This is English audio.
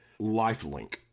Lifelink